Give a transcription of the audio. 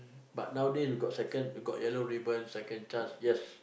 but nowadays we got second got Yellow-Ribbon second chance yes